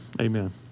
Amen